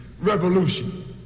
revolution